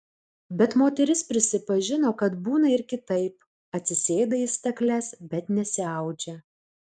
bet moteris prisipažino kad būna ir kitaip atsisėda į stakles bet nesiaudžia